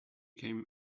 came